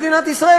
מדינת ישראל,